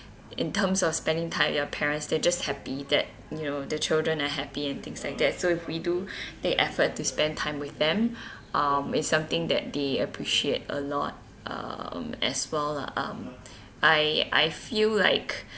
in terms of spending time with your parents they just happy that you know the children are happy and things like that so if we do the effort to spend time with them um is something that they appreciate a lot um as well lah um I I feel like